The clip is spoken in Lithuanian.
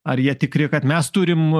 ar jie tikri kad mes turim